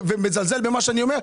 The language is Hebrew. ומזלזל במה שאני אומר,